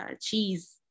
Cheese